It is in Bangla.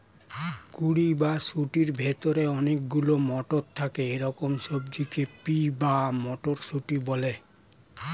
কুঁড়ি বা শুঁটির ভেতরে অনেক গুলো মটর থাকে এরকম সবজিকে পি বা মটরশুঁটি বলে